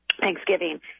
Thanksgiving